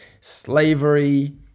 slavery